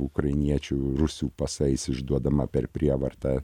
ukrainiečių rusų pasais išduodama per prievartą